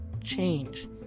Change